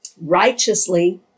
righteously